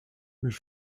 with